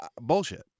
Bullshit